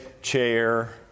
chair